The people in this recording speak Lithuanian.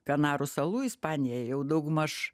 kanarų salų ispanija jau daugmaž